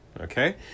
Okay